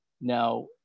Now